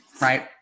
Right